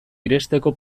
irensteko